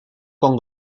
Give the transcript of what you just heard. con